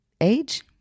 age